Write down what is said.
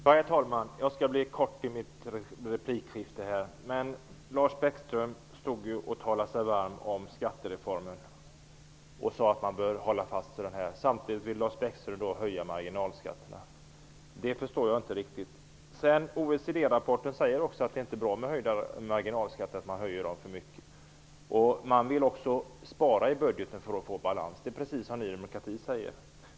Herr talman! Jag skall fatta mig kort i mitt replikskifte. Lars Bäckström talade sig varm för skattereformen och sade att man bör hålla fast vid den. Samtidigt vill Lars Bäckström höja marginalskatterna. Det förstår jag inte riktigt. OECD-rapporten säger också att det inte är bra om man höjer marginalskatterna för mycket. Man vill dessutom spara i budgeten för att få balans. Det är precis vad Ny demokrati säger.